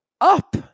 up